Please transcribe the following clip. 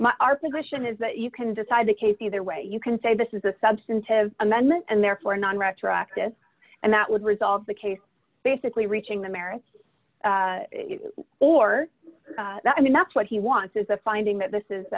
not our position is that you can decide the case either way you can say this is a substantive amendment and therefore not retroactive and that would resolve the case basically reaching the merits or that i mean that's what he wants is a finding that this is